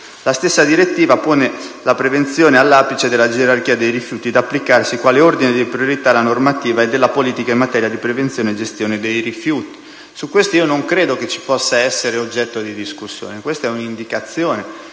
La stessa direttiva pone la prevenzione all'apice della gerarchia dei rifiuti, da applicarsi quale ordine di priorità nella normativa della politica in materia di prevenzione e gestione dei rifiuti. Non credo che questo possa essere oggetto di discussione. Questa è un'indicazione